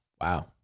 Wow